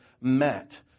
met